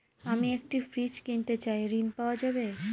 আমি একটি ফ্রিজ কিনতে চাই ঝণ পাওয়া যাবে?